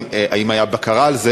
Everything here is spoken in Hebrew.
אם הייתה בקרה על זה